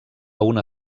una